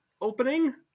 opening